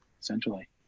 essentially